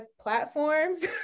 platforms